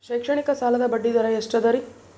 ಶೈಕ್ಷಣಿಕ ಸಾಲದ ಬಡ್ಡಿ ದರ ಎಷ್ಟು ಅದರಿ?